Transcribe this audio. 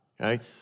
okay